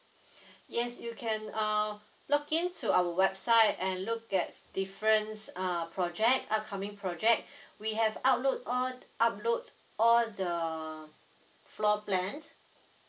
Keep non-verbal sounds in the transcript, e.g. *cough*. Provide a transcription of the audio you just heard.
*breath* yes you can err login to our website and look at difference err project upcoming project *breath* we have upload all upload all the floor plan